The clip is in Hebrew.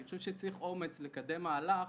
אני חושב שצריך אומץ לקדם מהלך